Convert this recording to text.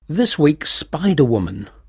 this week spider woman.